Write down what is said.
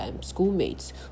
schoolmates